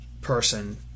person